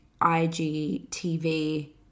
IGTV